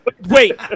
Wait